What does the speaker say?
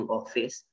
office